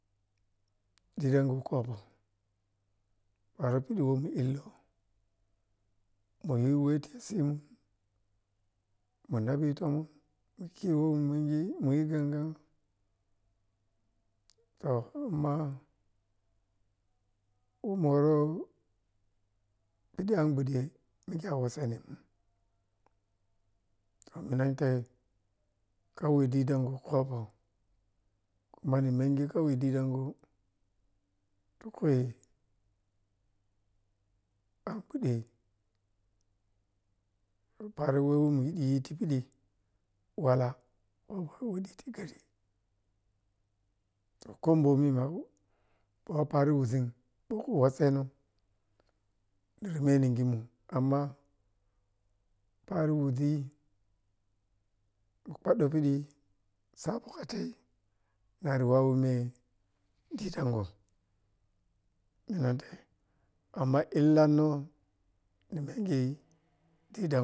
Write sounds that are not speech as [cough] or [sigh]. Didango khokko pavoh piɗi weh mu illoh muyi weh ti simun munda tiyi toman ma khewo mu minghi muyi gangan to kuma mu woro khi khe anguɗen mikhe a wasenin ni menghi kauye didango kobo mena wanghi didango tukhuyi ankhu ɗe paroh weh muyi ɗiti pidi walah kho ko weh ɗiti gari to kho boni ma kho? Kho a paroh wuʒin ɓokhu waseno [unintelligible] amma paroh wuʒi ɗu khadɗo piɗi sa khu khatai nari wawime didango minantai amma illano ni menghi didanʒa.